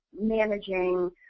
managing